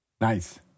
Nice